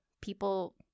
people –